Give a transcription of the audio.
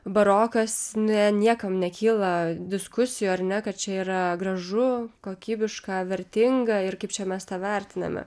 barokas ne niekam nekyla diskusijų ar ne kad čia yra gražu kokybiška vertinga ir kaip čia mes tą vertiname